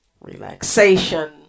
relaxation